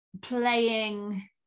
playing